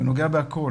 וזה נוגע בהכל.